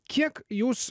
kiek jūs